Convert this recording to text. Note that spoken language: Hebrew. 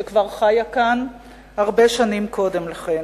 שכבר חיה כאן הרבה שנים קודם לכן.